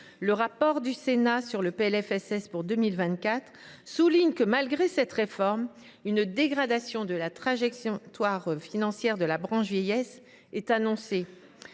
de la sécurité sociale pour 2024 souligne que, malgré cette réforme, une dégradation de la trajectoire financière de la branche vieillesse s’annonce.